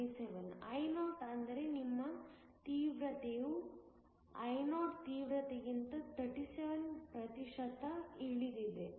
37 Io ಅಂದರೆ ನಿಮ್ಮ ತೀವ್ರತೆಯು Io ತೀವ್ರತೆಗಿಂತ 37 ಪ್ರತಿಶತಕ್ಕೆ ಇಳಿದಿದೆ